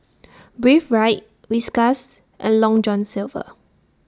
Breathe Right Whiskas and Long John Silver